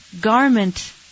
garment